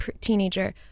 teenager